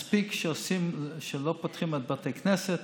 מספיק שלא פותחים את בתי הכנסת,